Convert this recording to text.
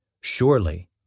Surely